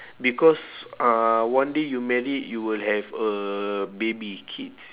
because uh one day you married you will have a baby kids